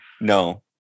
No